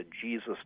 Jesus